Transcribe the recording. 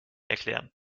erklären